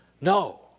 No